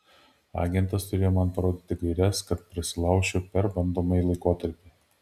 agentas turėjo man parodyti gaires kad prasilaužčiau per bandomąjį laikotarpį